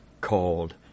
called